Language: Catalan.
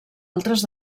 altres